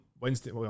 Wednesday